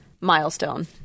milestone